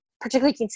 particularly